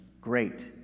great